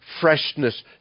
freshness